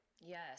Yes